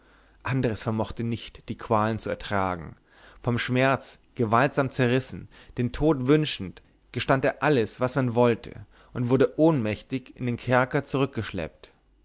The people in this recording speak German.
andres vermochte nicht die qual zu ertragen vom schmerz gewaltsam zerrissen den tod wünschend gestand er alles was man wollte und wurde ohnmächtig in den kerker zurückgeschleppt